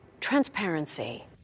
transparency